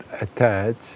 attached